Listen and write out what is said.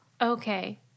Okay